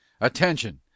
Attention